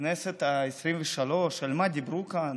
הכנסת העשרים-ושלוש, על מה דיברו כאן,